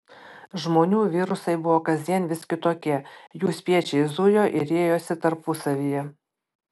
žmonių virusai buvo kasdien vis kitokie jų spiečiai zujo ir riejosi tarpusavyje